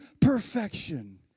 perfection